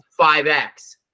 5X